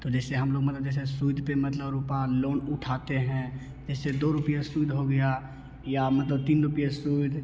तो जैसे हम लोग मतलब सूद पे मतलब रूपा लोन उठाते हैं जैसे दो रुपया सूद हो गया या मतलब तीन रुपया सूद